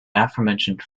aforementioned